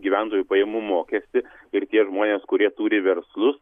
gyventojų pajamų mokestį ir tie žmonės kurie turi verslus